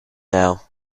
now